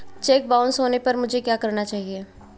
Check bounce होने पर मुझे क्या करना चाहिए?